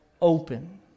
open